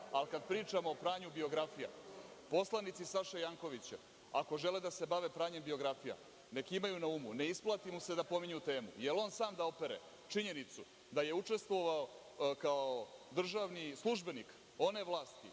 Kad pričamo o pranju biografija, poslanici Saše Jankovića, ako žele da se bave pranjem biografija, neka imaju na umu, ne isplati mu se da pominje temu. Da li on sam da opere činjenicu, da je učestvovao kao državni službenik one vlasti